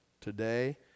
Today